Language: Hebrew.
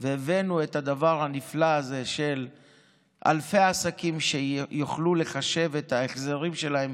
והבאנו את הדבר הנפלא הזה של אלפי עסקים שיוכלו לחשב את ההחזרים שלהם